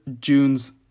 June's